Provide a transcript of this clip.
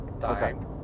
time